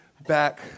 back